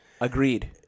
Agreed